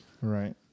right